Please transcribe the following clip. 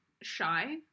shy